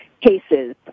cases